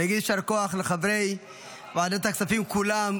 להגיד יישר כוח לחברי ועדת הכספים כולם,